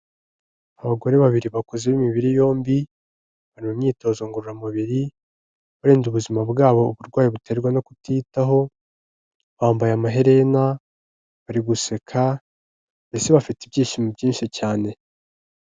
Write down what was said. Abagore babiri bakuze b'imibiri yombi, bari imyitozo ngororamubiri, barinda ubuzima bwabo uburwayi buterwa no kutiyitaho, bambaye amaherena, bari guseka ndetse bafite ibyishimo byinshi cyane.